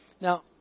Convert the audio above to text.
Now